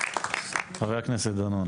חבר הכנסת דנון.